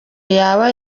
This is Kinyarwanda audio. yaba